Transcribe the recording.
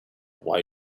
why